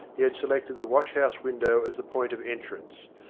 he had selected the wash-house window as the point of entrance.